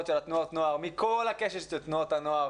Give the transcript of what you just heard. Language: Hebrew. של תנועות הנוער מכל הקשת של תנועות הנוער.